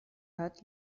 hat